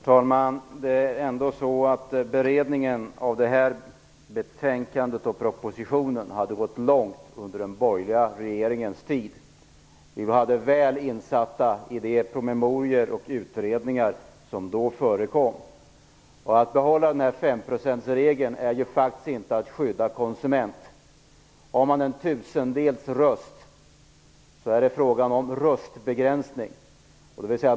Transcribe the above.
Herr talman! Beredningen av den proposition som ligger bakom detta betänkande hade ändå gått långt under den borgerliga regeringens tid. Vi var väl insatta i de promemorior och utredningar som då förekom. Att behålla denna femprocentsregel är faktiskt inte att skydda konsument. Har man en tusendels röst är det fråga om röstbegränsning.